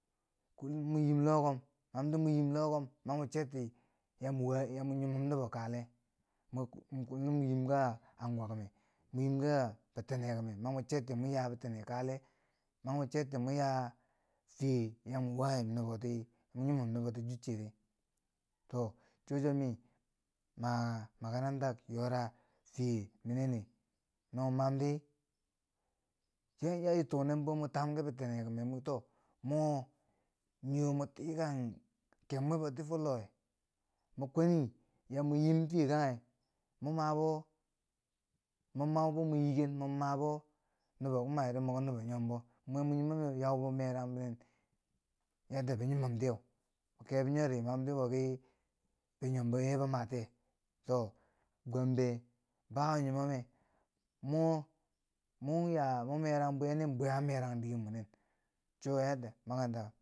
Kullum mo yim loh kom, mani mo cherti yamu waye, ya mo nyimom nubo kaale, mo mo yim yiim ka unguwa kime, mo yim yiin ka bitine kime, mani mwa cherti mo yaa bine kaale, ma mo cherti mo ya fiye mwa wayem nubo ti, mo nyimom nubo tichi chereu. to cho chuwo mi maa makaranta yora fiye mineneu, no man di chi yan iya chi tuu nen bou mo tam ki bitine kime, miki too mo, ni wo mwa tikang keb mweboti fo loweu, mo kwenu ya mo yim fiye kanghe, mo mabo, mo mau bo mo yiiken, mo mabo nubo ti mairi, moki nubo nyombo, mwe mwa nyimomme yau bo merang binen, yadda ba nyimom tiye kebo nyori nuboki ba nyombo ye bo matiye, to gwambe ba wo nyimome mo mwan yaa mo merang diker bwe nin, bwe an merang diker munen, cho yadda makarantau.